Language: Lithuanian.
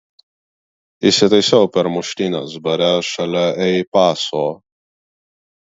įsitaisiau per muštynes bare šalia ei paso